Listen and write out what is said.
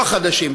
לא החדשים.